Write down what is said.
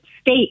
state